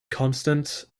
constant